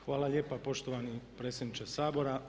Hvala lijepa poštovani predsjedniče Sabora.